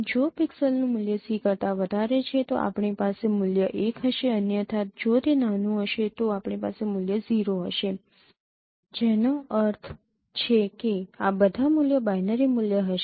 જો પિક્સેલનું મૂલ્ય 'c' કરતા વધારે છે તો આપણી પાસે મૂલ્ય 1 હશે અન્યથા જો તે નાનું હશે તો આપણી પાસે મૂલ્ય 0 હશે જેનો અર્થ છે કે આ બધા મૂલ્યો બાઇનરી મૂલ્ય હશે